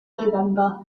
november